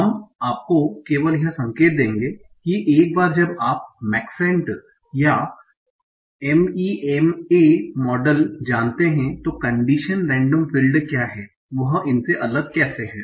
हम आपको केवल यह संकेत देंगे कि एक बार जब आप मैक्सेंट या MEMA मॉडल जानते हैं तो कन्डिशन रेंडम फील्ड क्या हैं वह इनसे अलग कैसे हैं